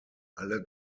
alle